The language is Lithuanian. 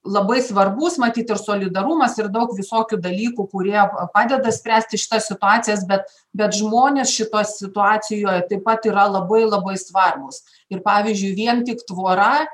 labai svarbus matyt ir solidarumas ir daug visokių dalykų kurie padeda spręsti šitas situacijas bet bet žmonės šitoj situacijoje taip pat yra labai labai svarbūs ir pavyzdžiui vien tik tvora